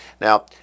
Now